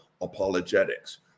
apologetics